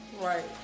Right